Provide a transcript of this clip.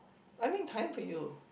I make time for you